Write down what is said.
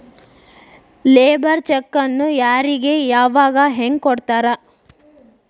Labour ಚೆಕ್ಕ್ನ್ ಯಾರಿಗೆ ಯಾವಗ ಹೆಂಗ್ ಕೊಡ್ತಾರ?